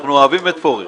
אנחנו אוהבים את פורר.